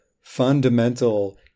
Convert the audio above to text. fundamental